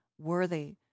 worthy